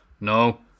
No